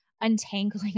untangling